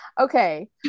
okay